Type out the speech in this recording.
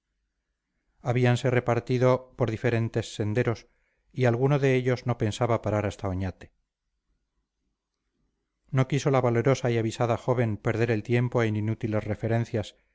alonso habíanse repartido por diferentes senderos y alguno de ellos no pensaba parar hasta oñate no quiso la valerosa y avisada joven perder el tiempo en inútiles referencias